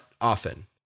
often